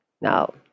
Now